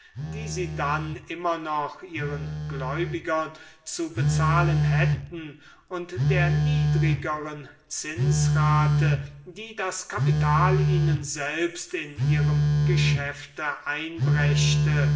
die sie dann immer noch ihren gläubigern zu bezahlen hätten und der niedrigeren zinsrate die das kapital ihnen selbst in ihrem geschäfte einbrächte